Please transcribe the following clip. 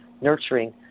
Nurturing